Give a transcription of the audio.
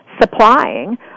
supplying